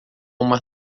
uma